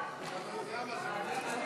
ככה.